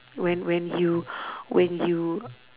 when when you when you